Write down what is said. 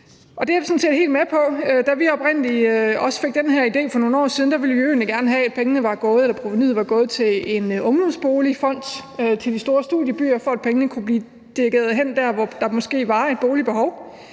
Da vi oprindelig fik den her idé for nogle år siden, ville vi egentlig gerne have, at provenuet skulle gå til en ungdomsboligfond til ungdomsboliger i de store studiebyer, for at pengene kunne blive dirigeret derhen, hvor der måske var et boligbehov.